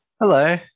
Hello